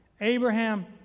Abraham